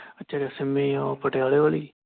ਅੱਛਾ ਜਸਮੀ ਉਹ ਪਟਿਆਲੇ ਵਾਲੀ